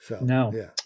no